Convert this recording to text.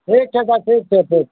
ठीक छै तऽ ठीक छै ठीक छै